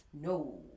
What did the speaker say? No